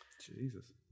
Jesus